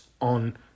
on